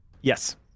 Yes